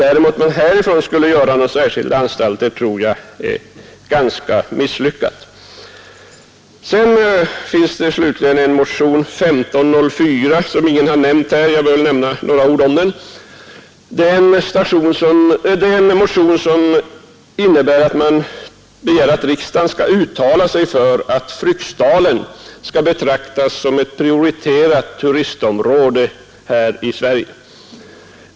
Däremot tror jag att det vore ganska misslyckat om man skulle göra några särskilda anstalter härifrån riksdagen. Motionen 1504, slutligen, har ingen nämnt, men jag bör väl säga några ord om den. I motionen hemställs att riksdagen skall uttala sig för att Fryksdalen skall betraktas som ett prioriterat turistområde här i Sverige.